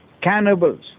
Cannibals